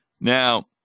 Now